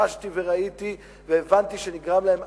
חשתי וראיתי והבנתי אותה,